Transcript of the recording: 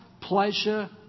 pleasure